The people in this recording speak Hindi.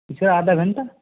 सर आधा घंटा